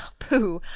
pooh!